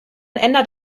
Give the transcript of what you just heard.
ändert